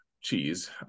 cheese